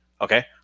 Okay